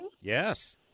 Yes